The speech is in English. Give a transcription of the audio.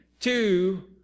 two